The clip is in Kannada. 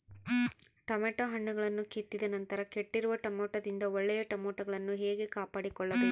ಟೊಮೆಟೊ ಹಣ್ಣುಗಳನ್ನು ಕಿತ್ತಿದ ನಂತರ ಕೆಟ್ಟಿರುವ ಟೊಮೆಟೊದಿಂದ ಒಳ್ಳೆಯ ಟೊಮೆಟೊಗಳನ್ನು ಹೇಗೆ ಕಾಪಾಡಿಕೊಳ್ಳಬೇಕು?